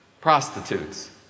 prostitutes